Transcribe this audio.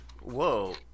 whoa